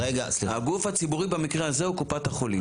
הגוף הציבורי במקרה הזה הוא קופת החולים.